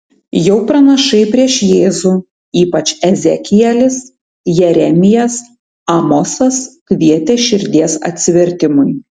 jau pranašai prieš jėzų ypač ezekielis jeremijas amosas kvietė širdies atsivertimui